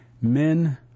Men